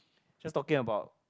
just talking about